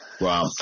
Wow